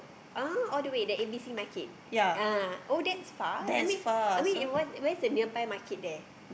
ah all the way the A_B_C market ah oh that's far I mean I mean in what where's the nearby market there